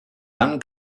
dann